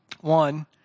One